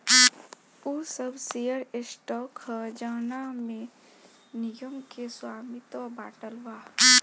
उ सब share stock ह जवना में निगम के स्वामित्व बाटल बा